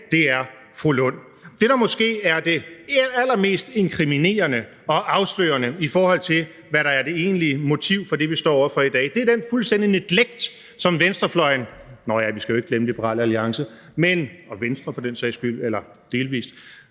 dag, er fru Rosa Lund. Det, der måske er det allermest inkriminerende og afslørende, i forhold til hvad der er det egentlige motiv for det, vi står over for i dag, er den måde, som venstrefløjen – nåh ja, vi skal jo ikke glemme Liberal Alliance og delvis også Venstre, for den sags skyld –